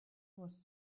was